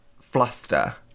fluster